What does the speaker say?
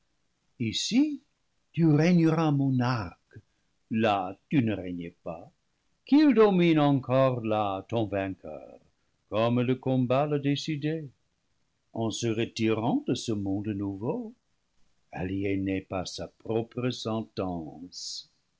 ici tu régneras monarque là tu ne régnais pas qu'il domine encore là ton vainqueur comme le combat l'a décidé en se retirant de ce monde nouveau aliéné par sa propre sentence